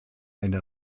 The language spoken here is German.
eine